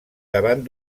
davant